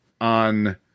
on